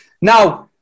Now